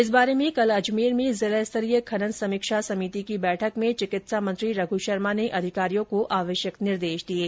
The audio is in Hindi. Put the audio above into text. इस बारे में कल अजमेर में जिला स्तरीय खनन समीक्षा समिति की बैठक में चिकित्सा मंत्री रघ् शर्मा ने अधिकारियों को आवश्यक निर्देश दिये